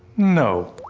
no.